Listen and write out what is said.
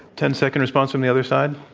ten-second response from the other side?